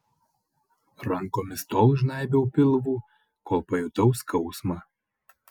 rankomis tol žnaibiau pilvų kol pajutau skausmą